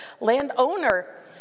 landowner